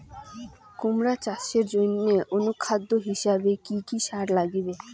কুমড়া চাষের জইন্যে অনুখাদ্য হিসাবে কি কি সার লাগিবে?